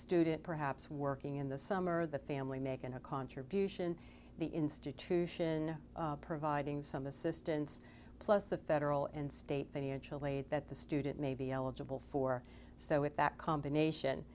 student perhaps working in the summer the family making a contribution the institution providing some assistance plus the federal and state financial aid that the student may be eligible for so with that combination